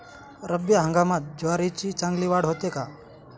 रब्बी हंगामात ज्वारीची चांगली वाढ होते का?